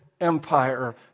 Empire